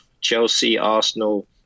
Chelsea-Arsenal